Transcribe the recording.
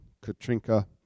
Katrinka